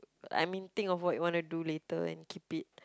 I mean think of what you want to do later and keep it